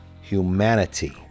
humanity